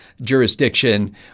jurisdiction